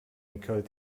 encode